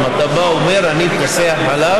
אם אתה בא ואומר: אני פוסח עליו,